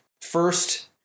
First